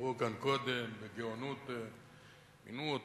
אמרו כאן קודם: בגאונות מינו אותו.